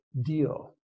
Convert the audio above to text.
deal